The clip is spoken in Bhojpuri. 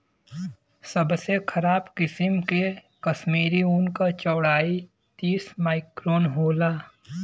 सबसे खराब किसिम के कश्मीरी ऊन क चौड़ाई तीस माइक्रोन होला